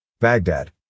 Baghdad